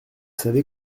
savez